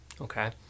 okay